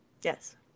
Yes